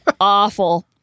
Awful